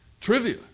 trivia